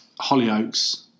Hollyoaks